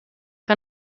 que